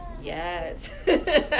yes